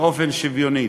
באופן שוויוני.